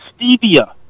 stevia